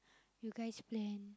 you guys plan